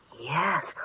Yes